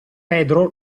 pedro